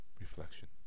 reflection